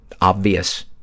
obvious